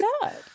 God